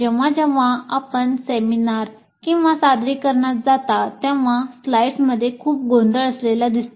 जेव्हा जेव्हा आपण सेमिनार किंवा सादरीकरणात जाता तेव्हा स्लाइड्समध्ये खूप गोंधळ असलेला दिसतो